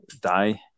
die